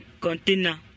container